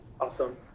Awesome